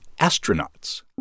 astronauts